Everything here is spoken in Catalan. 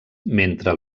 mentre